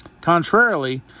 Contrarily